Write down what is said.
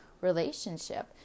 relationship